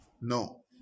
no